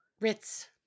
Ritz